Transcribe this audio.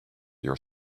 your